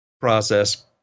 process